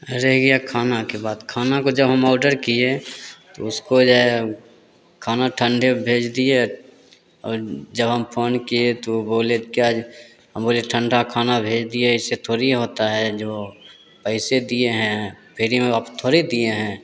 रह गया खाना के बात खाना को जब हम ऑर्डर किए तो उसको ये खाना ठंडे भेज दिए और जब हम फोन किए तो बोले क्या हम बोले ठंडा खाना भेज दिए ऐसे थोड़ी होता है जो पैसे दिए हैं फ्री में आप थोड़ी दिए हैं